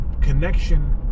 connection